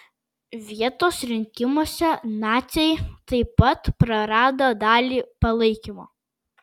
vietos rinkimuose naciai taip pat prarado dalį palaikymo